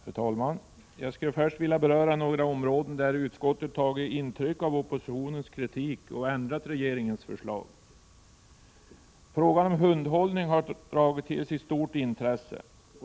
Herr talman! Jag skulle först vilja beröra några områden där utskottet tagit intryck av oppositionens kritik och föreslår ändringar i regeringens förslag. Frågan om hundhållning har tilldragit sig stort intresse.